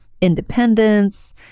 independence